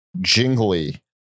Jingly